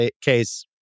case